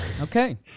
Okay